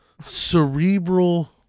cerebral